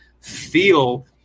feel